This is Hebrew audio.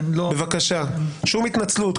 שום התנצלות.